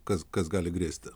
kas kas gali grėsti